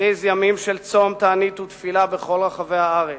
הכריז ימים של צום, תענית ותפילה בכל רחבי הארץ,